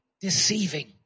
deceiving